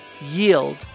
yield